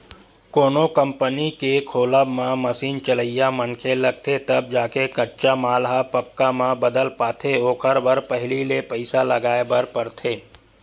कोनो कंपनी के खोलब म मसीन चलइया मनखे लगथे तब जाके कच्चा माल ह पक्का म बदल पाथे ओखर बर पहिली ले पइसा लगाय बर परथे